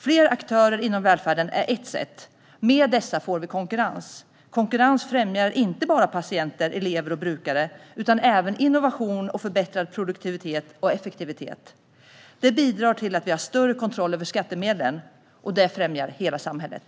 Fler aktörer inom välfärden är ett sätt, och då får vi konkurrens. Konkurrens främjar inte bara patienter, elever och brukare utan även innovation och förbättrad produktivitet och effektivitet. Det bidrar till att vi har större kontroll över skattemedlen, och det främjar hela samhället.